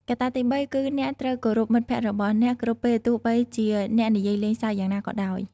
កត្តាទីបីគឺអ្នកត្រូវគោរពមិត្តភក្តិរបស់អ្នកគ្រប់ពេលទោះបីជាអ្នកនិយាយលេងសើចយ៉ាងណាក៏ដោយ។